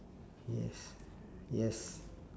yes yes